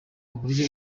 uburyo